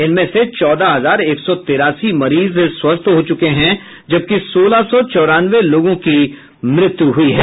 इनमें से चौदह हजार एक सौ तिरासी मरीज स्वस्थ हो चुके हैं जबकि सोलह सौ चौरानवे लोगों की मृत्यु हुई है